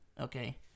okay